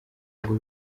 ngo